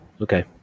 Okay